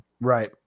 Right